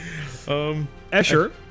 Escher